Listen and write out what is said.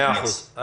מאה אחוז.